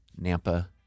Nampa